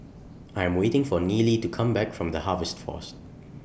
I'm waiting For Nealy to Come Back from The Harvest Force